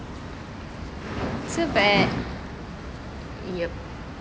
yup